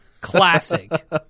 Classic